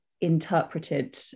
interpreted